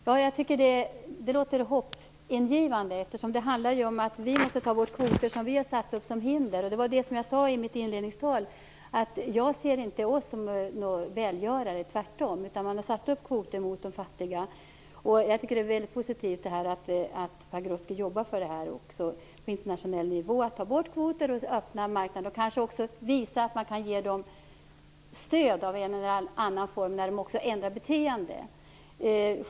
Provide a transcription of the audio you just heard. Herr talman! Det låter hoppingivande, eftersom det handlar om att vi måste ta bort kvoter som vi har satt upp som hinder. Som jag sade i mitt inledningsanförande ser jag oss inte som några välgörare - tvärtom - eftersom vi har satt upp kvoter mot de fattiga. Jag tycker att det är väldigt positivt att Pagrotsky också på internationell nivå arbetar för att ta bort kvoter och öppna marknader. Kanske kan vi också visa att vi kan ge dem stöd i en eller annan form när de ändrar beteende.